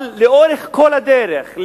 אבל לאורך כל הדרך,